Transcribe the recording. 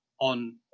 on